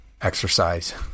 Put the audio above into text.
exercise